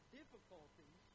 difficulties